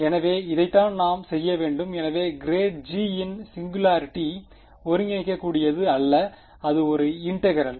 எனவே இதைத்தான் நாம் செய்ய வேண்டும் எனவே கிரேட் g யின் சிங்குலாரிட்டி ஒருங்கிணைக்க கூடியது அல்ல அது ஒரு இன்டெகிரெல்